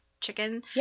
chicken